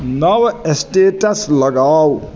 नव स्टेटस लगाऊ